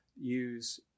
use